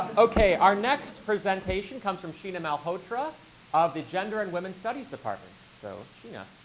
okay, our next presentation comes from sheena malhotra of the gender and women's studies department. so sheena.